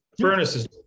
furnaces